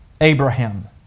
Abraham